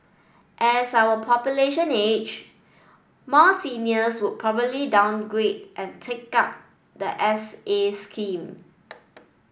as our population age more seniors would probably downgrade and take up the S A scheme